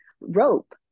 rope